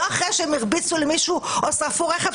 לא אחרי שהם הרביצו למישהו או שרפו רכב,